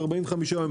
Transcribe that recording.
45 יום.